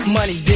Money